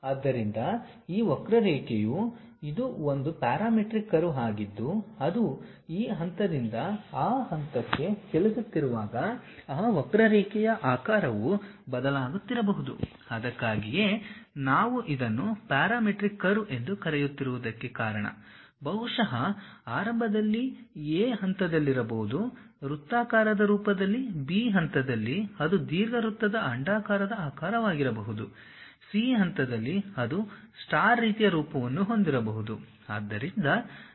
ಆದ್ದರಿಂದ ಈ ವಕ್ರರೇಖೆಯು ಇದು ಒಂದು ಪ್ಯಾರಾಮೀಟ್ರಿಕ್ ಕರ್ವ್ ಆಗಿದ್ದು ಅದು ಈ ಹಂತದಿಂದ ಆ ಹಂತಕ್ಕೆ ಚಲಿಸುತ್ತಿರುವಾಗ ಆ ವಕ್ರರೇಖೆಯ ಆಕಾರವು ಬದಲಾಗುತ್ತಿರಬಹುದು ಅದಕ್ಕಾಗಿಯೇ ನಾವು ಇದನ್ನು ಪ್ಯಾರಾಮೀಟ್ರಿಕ್ ಕರ್ವ್ ಎಂದು ಕರೆಯುತ್ತಿರುವುದಕ್ಕೆ ಕಾರಣ ಬಹುಶಃ ಆರಂಭದಲ್ಲಿ A ಹಂತದಲ್ಲಿರಬಹುದು ವೃತ್ತಾಕಾರದ ರೂಪದಲ್ಲಿ B ಹಂತದಲ್ಲಿ ಅದು ದೀರ್ಘವೃತ್ತದ ಅಂಡಾಕಾರದ ಆಕಾರವಾಗಿರಬಹುದು C ಹಂತದಲ್ಲಿ ಅದು ಸ್ಟಾರ್ ರೀತಿಯ ರೂಪವನ್ನು ಹೊಂದಿರಬಹುದು